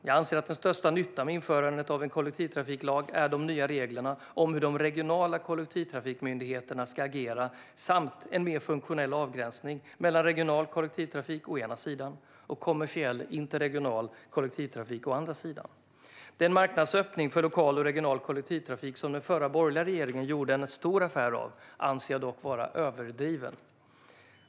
Jag anser att den största nyttan med införandet av en kollektivtrafiklag är de nya reglerna om hur de regionala kollektivtrafikmyndigheterna ska agera samt en mer funktionell avgränsning mellan regional kollektivtrafik å ena sidan och kommersiell interregional kollektivtrafik å andra sidan. Den marknadsöppning för lokal och regional kollektivtrafik som den förra borgerliga regeringen gjorde en stor affär av anser jag dock vara överdriven.